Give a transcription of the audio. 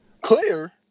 Clear